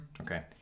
Okay